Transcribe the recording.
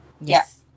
Yes